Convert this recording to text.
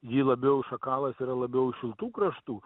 ji labiau šakalas yra labiau iš šiltų kraštų